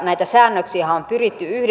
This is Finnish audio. näitä säännöksiähän on pyritty